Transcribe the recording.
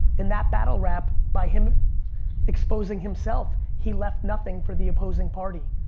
in that battle rap, by him exposing himself, he left nothing for the opposing party.